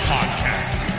Podcast